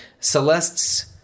Celeste's